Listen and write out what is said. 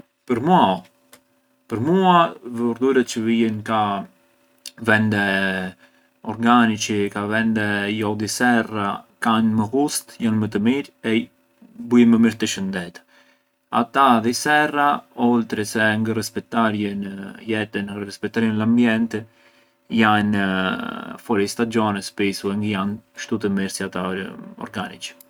Për mua oh, për mua vurdhurët çë vijën ka vende organiçi, ka vende jo di serra, kanë më ghustë, janë më të mirë e bujën më mirë te shëndeta. Ata di serra, oltri se ngë rispitarjën jetën e ngë rispitarjën l’ambienti, janë fuori stagione spisu e ngë janë ‘shtu të mirë si ata organiçi.